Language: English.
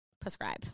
Prescribe